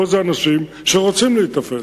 פה זה אנשים שרוצים להיתפס,